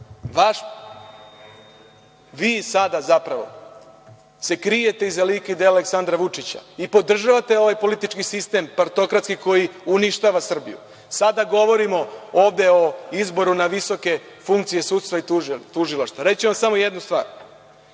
vi sada zapravo se krijete iza lika i dela Aleksandra Vučića i podržavate ovaj politički sistem partokratski, koji uništava Srbiju. Sada govorimo ovde o izboru na visoke funkcije sudstva i tužilaštva. Reći ću vam samo jednu stvar,